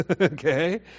Okay